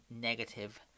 negative